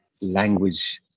language